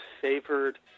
favored